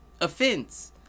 Offense